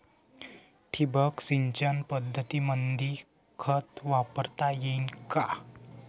ठिबक सिंचन पद्धतीमंदी खत वापरता येईन का?